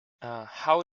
how